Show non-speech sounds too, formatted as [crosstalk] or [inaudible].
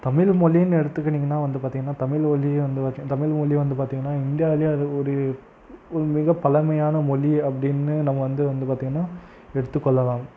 தமிழ்மொழின்னு எடுத்துக்கின்னீங்கன்னா வந்து பார்த்தீங்கன்னா தமிழ்மொலியே வந்து [unintelligible] தமிழ்மொழியே வந்து பார்த்திங்கன்னா இந்தியாவிலே அது ஒரு ஒரு மிகப் பழமையான மொழி அப்படின்னு நம்ம வந்து வந்து பார்த்தீங்கன்னா எடுத்து கொள்ளலாம்